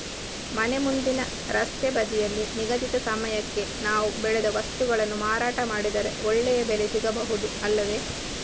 ಮನೆ ಮುಂದಿನ ರಸ್ತೆ ಬದಿಯಲ್ಲಿ ನಿಗದಿತ ಸಮಯಕ್ಕೆ ನಾವು ಬೆಳೆದ ವಸ್ತುಗಳನ್ನು ಮಾರಾಟ ಮಾಡಿದರೆ ಒಳ್ಳೆಯ ಬೆಲೆ ಸಿಗಬಹುದು ಅಲ್ಲವೇ?